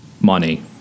money